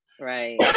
right